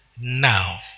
now